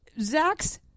Zach's